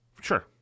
Sure